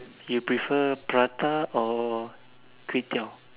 you prefer prata or kway-teow